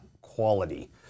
quality